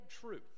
truth